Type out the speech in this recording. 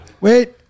Wait